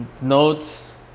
notes